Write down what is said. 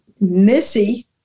Missy